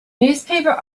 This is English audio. newspaper